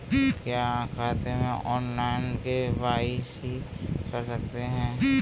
क्या खाते में ऑनलाइन के.वाई.सी कर सकते हैं?